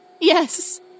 Yes